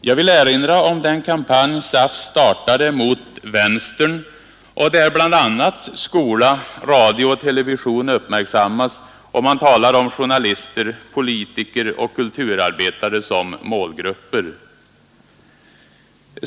Jag vill erinra om den kampanj SAF startat mot ”vänstern” och där bl.a. skola, radio och television uppmärksammats. Man talar där om journalister, politiker och kulturarbetare som målgrupper.